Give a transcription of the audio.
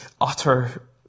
utter